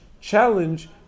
challenge